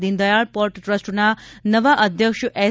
Deendayal port ટ્રસ્ટના નવા અધ્યક્ષ એસ